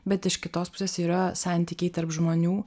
bet iš kitos pusės yra santykiai tarp žmonių